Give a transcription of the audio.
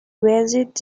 visit